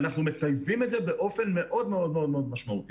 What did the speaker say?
ואנחנו מטייבים את זה באופן מאוד מאוד מאוד משמעותי.